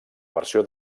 versió